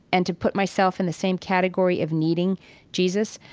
and to put myself in the same category of needing jesus,